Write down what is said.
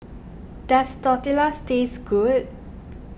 does Tortillas taste good